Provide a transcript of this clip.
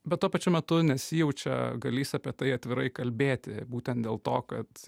bet tuo pačiu metu nesijaučia galįs apie tai atvirai kalbėti būtent dėl to kad